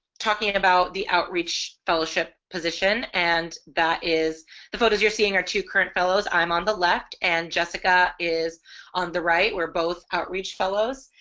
talking about the outreach fellowship position and that is the photos you're seeing are two current fellows. i'm on the left and jessica is on the right where both outreach fellows.